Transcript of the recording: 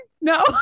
no